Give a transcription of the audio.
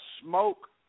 smoke